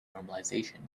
normalization